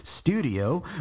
studio